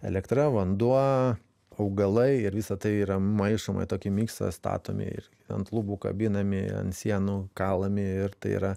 elektra vanduo augalai ir visa tai yra maišoma į tokį miksą statomi ant lubų kabinami ant sienų kalami ir tai yra